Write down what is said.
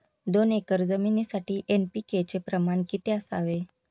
दोन एकर जमीनीसाठी एन.पी.के चे प्रमाण किती असावे?